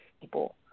people